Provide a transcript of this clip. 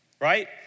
Right